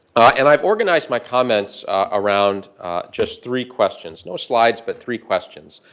and i've organized my comments around just three questions no slides, but three questions.